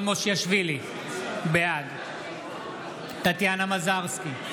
מושיאשוילי, בעד טטיאנה מזרסקי,